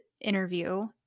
interview